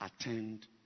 attend